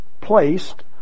placed